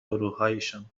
گروهایشان